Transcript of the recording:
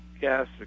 gas